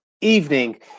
evening